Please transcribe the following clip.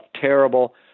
terrible